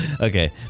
Okay